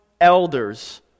elders